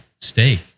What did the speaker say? steak